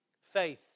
Faith